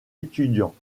étudiants